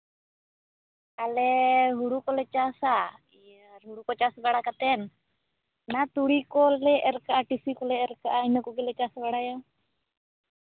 ᱟᱞᱮ ᱦᱳᱲᱳ ᱠᱚᱞᱮ ᱪᱟᱥᱼᱟ ᱤᱭᱟᱹ ᱦᱳᱲᱳ ᱠᱚ ᱪᱟᱥ ᱵᱟᱲᱟ ᱠᱟᱛᱮ ᱚᱱᱟ ᱛᱩᱲᱤ ᱠᱚᱞᱮ ᱮᱨ ᱠᱟᱜᱼᱟ ᱴᱤᱥᱤ ᱠᱚᱞᱮ ᱮᱨ ᱠᱟᱜᱼᱟ ᱤᱱᱟᱹ ᱠᱚᱜᱮᱞᱮ ᱪᱟᱥ ᱵᱟᱲᱟᱭᱟ